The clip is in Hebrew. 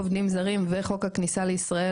חוק עובדים זרים וחוק הכניסה לישראל,